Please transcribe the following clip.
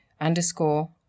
underscore